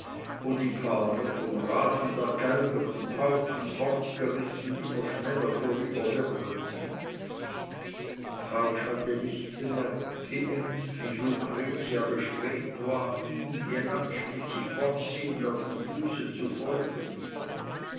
wo die paare vom rasen der geigen und pauken fortgerissen immer schneller vorüberwirbelten fausch hatte nicht bemerkt wie ängstlich lucretia bestrebt war ihm jenatsch mit sich fortziehend auf dem fuße zu folgen